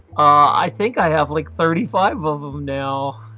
i think i have like thirty five of them now.